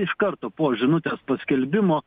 iš karto po žinutės paskelbimo